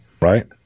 right